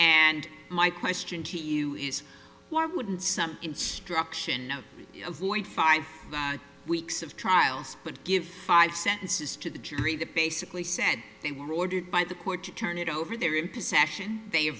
and my question to you is why wouldn't some instruction avoid five weeks of trials but give five sentences to the jury that basically said they were ordered by the court to turn it over there in possession they